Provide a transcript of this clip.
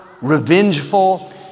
revengeful